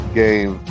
game